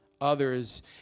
others